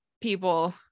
people